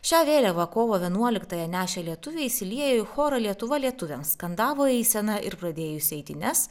šią vėliavą kovo vienuoliktąją nešę lietuviai įsiliejo į chorą lietuva lietuviams skandavo eiseną ir pradėjus eitynes